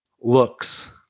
looks